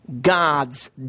God's